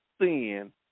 sin